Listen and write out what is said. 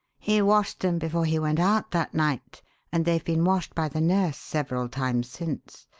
he washed them before he went out that night and they've been washed by the nurse several times since.